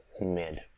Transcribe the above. mid